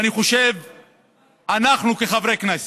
ואני חושב שאנחנו, כחברי כנסת,